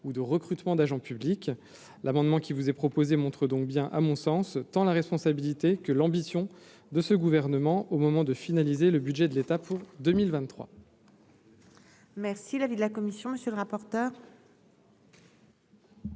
ou de recrutement d'agents publics, l'amendement qui vous est proposé montre donc bien à mon sens, tant la responsabilité que l'ambition de ce gouvernement au moment de finaliser le budget de l'État pour 2023. Merci l'avis de la commission, monsieur le rapporteur.